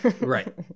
Right